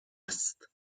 است